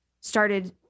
started